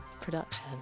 production